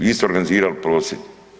Vi ste organizirali prosvjed.